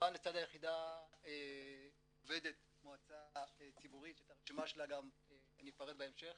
כמובן לצד היחידה עובדת מועצה ציבורית שאת הרשימה שלה גם אפרט בהמשך.